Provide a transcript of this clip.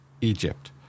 egypt